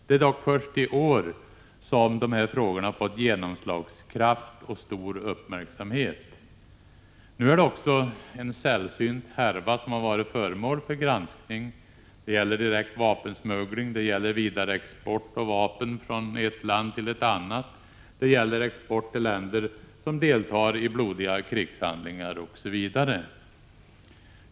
Det är dock först i år som frågorna fått genomslagskraft och stor uppmärksamhet. Nu är det också en sällsynt härva som varit föremål för granskning. Det gäller direkt vapensmuggling, vidareexport av vapen från ett land till ett annat land, export till länder som deltar i blodiga krigshandlingar osv.